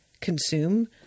consume